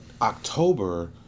October